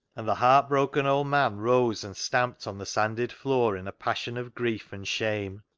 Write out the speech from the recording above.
and the heart-broken old man rose and stamped on the sanded floor in a passion of grief and shame.